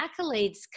accolades